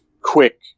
quick